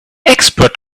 export